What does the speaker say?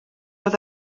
oedd